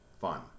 fun